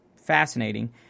fascinating